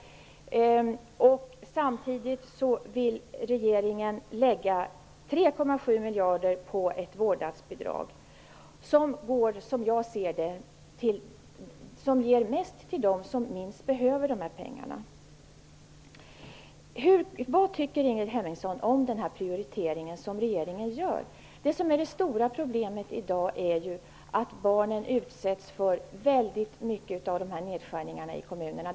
Samtidigt vill regeringen lägga 3,7 miljarder på ett vårdnadsbidrag som -- så som jag ser det -- ger mest till dem som minst behöver dessa pengar. Vad tycker Ingrid Hemmingsson om den här prioriteringen som regeringen gör? Det stora problemet i dag är att barnen utsätts för många av nedskärningarna i kommunerna.